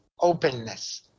openness